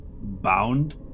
bound